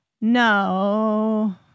No